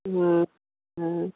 হুম হ্যাঁ